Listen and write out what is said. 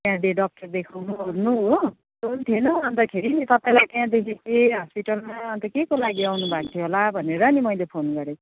त्यहाँ दे डक्टर देखाउनुओर्नु हो त्यहाँ थिएन अन्तखेरि तपाईँलाई त्यहाँ देखेको थिएँ हस्पिटलमा अन्त केको लागि आउनुभएको थियो होला भनेर नि मैले फोन गरेको